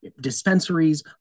dispensaries